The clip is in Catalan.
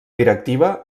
directiva